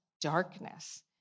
darkness